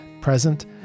present